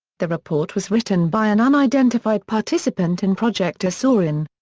the report was written by an unidentified participant in project azorian.